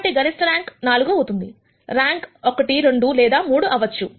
కాబట్టి గరిష్ట ర్యాంక్ 4 అవుతుంది ర్యాంక్ 1 2 లేదా 3 అవ్వచ్చు